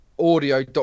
audio